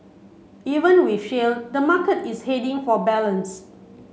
even with shale the market is heading for balance